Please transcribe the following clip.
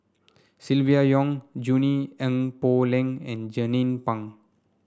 Silvia Yong Junie Ng Poh Leng and Jernnine Pang